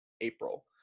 April